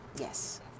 Yes